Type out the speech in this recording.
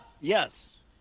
Yes